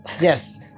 Yes